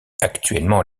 actuellement